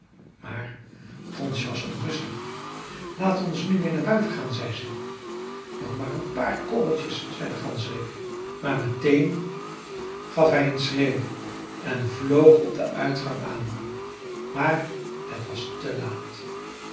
maar donsje was onrustig laat ons nu weer naar buiten gaan zei ze nog maar een paar korreltjes zei de ganzerik maar meteen gaf hij een schreeuw en vloog op den uitgang aan maar het was te laat